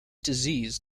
disease